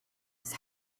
his